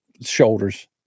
shoulders